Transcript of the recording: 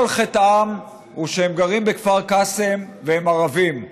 חטאם הוא שהם גרים בכפר קאסם והם ערבים,